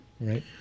right